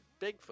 Bigfoot